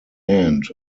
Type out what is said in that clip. end